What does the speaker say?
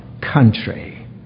country